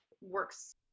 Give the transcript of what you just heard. works